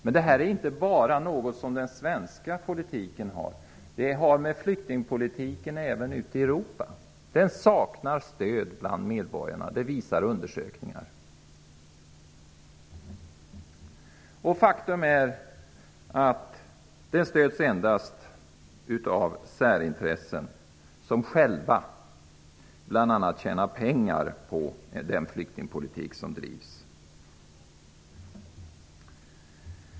Men detta är inte något som gäller bara den svenska politiken. Det gäller även flyktingpolitiken ute i Europa; den saknar stöd bland medborgarna -- det visar undersökningar. Faktum är att den endast stöds av särintressen, som bl.a. tjänar pengar på den flyktingpolitik som bedrivs.